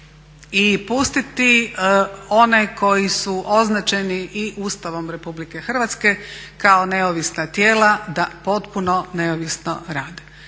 i pustiti one koji su označeni i Ustavom Republike Hrvatske kao neovisna tijela da potpuno neovisno rade,